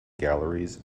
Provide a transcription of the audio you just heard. galleries